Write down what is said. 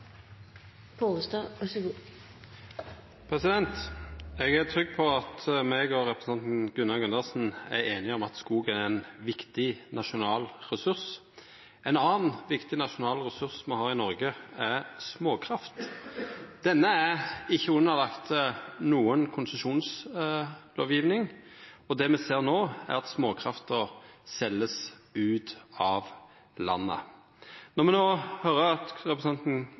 einige om at skog er ein viktig nasjonal ressurs. Ein annan viktig nasjonal ressurs me har i Noreg, er småkraft. Denne er ikkje underlagd noka konsesjonslovgjeving, og det me ser no, er at småkrafta vert seld ut av landet. Når me no høyrer at representanten